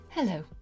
Hello